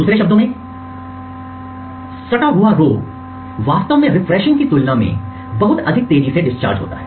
दूसरे शब्दों में आसन्न सटा हुआ पंक्तियाँ रो वास्तव में रिफ्रेशिंग की तुलना में बहुत अधिक तेजी से डिस्चार्ज होती हैं